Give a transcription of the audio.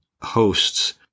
hosts